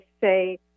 say